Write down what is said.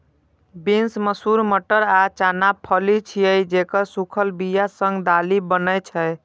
beans, मसूर, मटर आ चना फली छियै, जेकर सूखल बिया सं दालि बनै छै